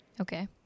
Okay